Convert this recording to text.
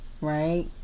right